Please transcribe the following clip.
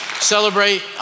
celebrate